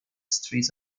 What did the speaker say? streets